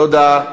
תודה.